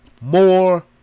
more